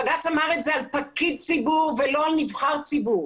הבג"ץ אמר את זה על פקיד ציבור ולא על נבחר ציבור.